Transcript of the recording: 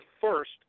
first